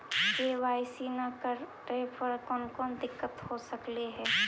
KYC न करे पर कौन कौन दिक्कत हो सकले हे?